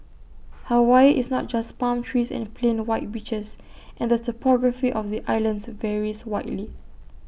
Hawaii is not just palm trees and plain white beaches and the topography of the islands varies widely